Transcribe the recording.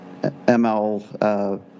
ML